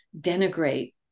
denigrate